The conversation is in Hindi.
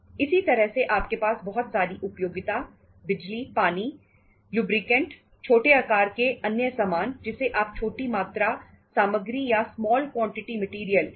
इसी तरह से आपके पास बहुत सारी उपयोगिता बिजली पानी लुब्रिकेंट्स छोटे आकार के अन्य सामान जिसे आप छोटी मात्रा सामग्री या स्मॉल क्वांटिटी मेटीरियल कह सकते हैं